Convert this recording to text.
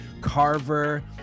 carver